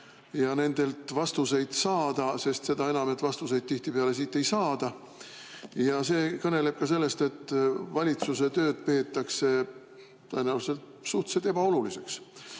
ja nendelt vastuseid saada. [Ehk ka seepärast], et ega vastuseid tihtipeale siit ei saada. Ent see kõneleb ka sellest, et valitsuse tööd peetakse tõenäoliselt suhteliselt ebaoluliseks.